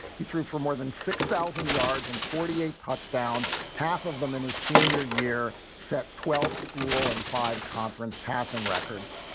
he threw for more than six thousand yards and forty eight touchdowns. half of them in his senior year set twelve school and five conference passing records.